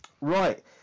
Right